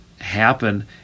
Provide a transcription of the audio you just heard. happen